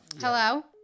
Hello